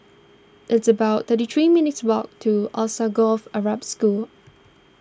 it's about thirty three minutes' walk to Alsagoff Arab School